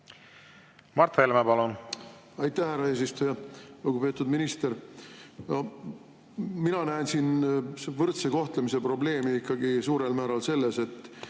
Mart Helme, palun! Aitäh, härra eesistuja! Lugupeetud minister! Mina näen siin võrdse kohtlemise probleemi ikkagi suurel määral selles, et